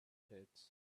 pits